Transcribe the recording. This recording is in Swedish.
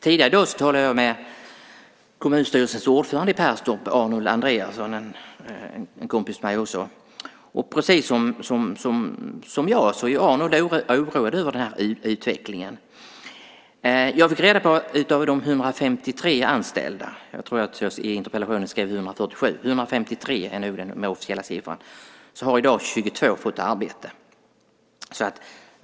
Tidigare i dag talade jag med kommunstyrelsens ordförande i Perstorp Arnold Andréasson, också en kompis till mig. Precis som jag är Arnold oroad över den här utvecklingen. Jag fick reda på att av de 153 anställda - jag tror att jag i interpellationen skrev 147, men 153 är nog den officiella siffran - har i dag 22 fått arbete.